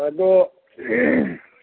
ꯑꯗꯣ